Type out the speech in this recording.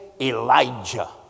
Elijah